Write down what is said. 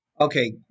Okay